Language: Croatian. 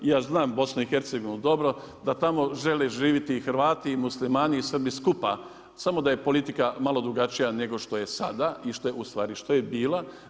Ja znam BIH dobro, da tamo žele živjeti i Hrvati i Muslimani i Srbi skupa, samo da je politika malo drugačija nego što je sada, ustvari, što je i bila.